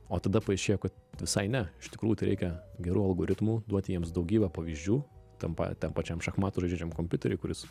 o tada paaiškėjo kad visai ne iš tikrųjų tai reikia gerų algoritmų duoti jiems daugybę pavyzdžių tampa tam pačiam šachmatų žaidžiančiam kompiuteriui kuris